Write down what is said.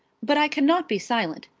but i cannot be silent.